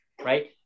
right